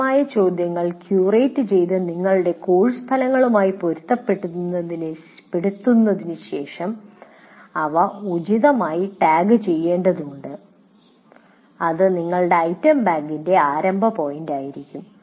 ലഭ്യമായ ചോദ്യങ്ങൾ ക്യൂറേറ്റ് ചെയ്ത് നിങ്ങളുടെ കോഴ്സ് ഫലങ്ങളുമായി പൊരുത്തപ്പെടുത്തുന്നതിന് ശേഷം നിങ്ങൾ അവ ഉചിതമായി ടാഗുചെയ്യേണ്ടതുണ്ട് അത് നിങ്ങളുടെ ഐറ്റം ബാങ്കിന്റെ ആരംഭ പോയിന്റായിരിക്കും